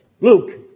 Luke